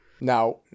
Now